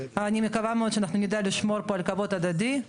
אני מקווה מאוד שנדע לשמור פה על כבוד הדדי,